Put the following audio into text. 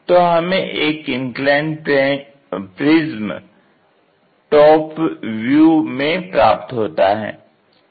तो हमें एक इंक्लाइंड प्रिज्म टॉप व्यू में प्राप्त होता है